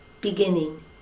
beginning